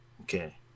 Okay